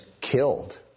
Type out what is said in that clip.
killed